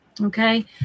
Okay